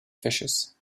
fishes